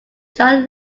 john